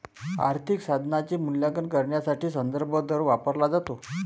आर्थिक साधनाचे मूल्यांकन करण्यासाठी संदर्भ दर वापरला जातो